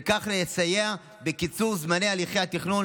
וכך לסייע בקיצור זמני הליכי התכנון